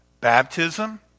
Baptism